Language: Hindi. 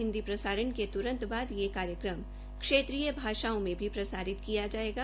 हिन्दी प्रसारण के तुरंत बाद यह कार्यक्रम क्षेत्रीय भाषाओं में भी प्रसारित किया जायेगा